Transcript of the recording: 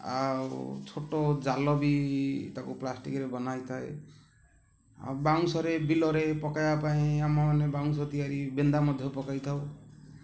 ଆଉ ଛୋଟ ଜାଲ ବି ତାକୁ ପ୍ଲାଷ୍ଟିକ୍ରେ ବନାହୋଇଥାଏ ଆଉ ବାଉଁଶରେ ବିଲରେ ପକାଇବା ପାଇଁ ଆମମାନେେ ବାଉଁଶ ତିଆରି ବେନ୍ଦା ମଧ୍ୟ ପକାଇଥାଉ